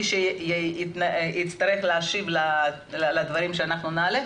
מי שיצטרך להשיב לדברים שנעלה,